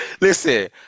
Listen